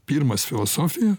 pirmas filosofija